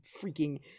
freaking